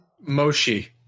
Moshi